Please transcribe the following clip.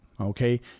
Okay